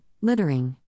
littering